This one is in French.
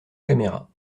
caméra